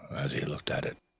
as he looked at it.